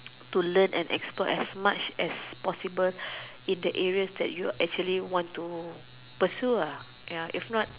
to learn and explore as much as possible in the areas that you're actually want to pursue ah ya if not